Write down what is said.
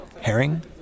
Herring